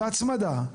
והצמדה,